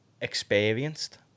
experienced